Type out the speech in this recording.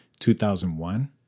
2001